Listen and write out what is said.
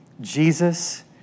Jesus